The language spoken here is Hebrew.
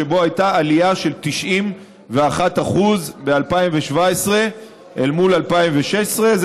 שבו הייתה עלייה של 91% ב-2017 אל מול 2016. זה